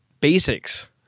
basics